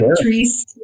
Trees